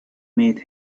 made